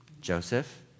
Joseph